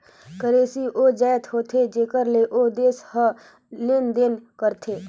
currency ओ जाएत होथे जेकर ले ओ देस हर लेन देन करथे